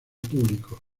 público